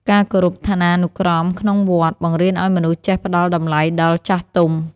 ការគោរពឋានានុក្រមក្នុងវត្ត បង្រៀនឱ្យមនុស្សចេះផ្តល់តម្លៃដល់ចាស់ទុំ។